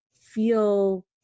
feel